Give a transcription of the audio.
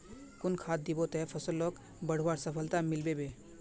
कुन खाद दिबो ते फसलोक बढ़वार सफलता मिलबे बे?